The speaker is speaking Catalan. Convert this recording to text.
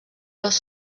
dos